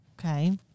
Okay